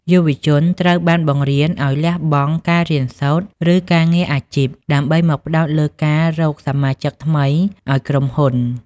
យុវជនត្រូវបានបង្រៀនឱ្យ "លះបង់" ការរៀនសូត្រ ឬការងារអាជីព ដើម្បីមកផ្តោតលើការរកសមាជិកថ្មីឱ្យក្រុមហ៊ុន។